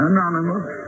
Anonymous